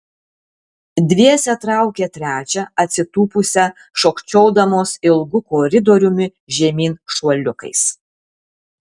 dviese traukė trečią atsitūpusią šokčiodamos ilgu koridoriumi žemyn šuoliukais